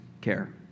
care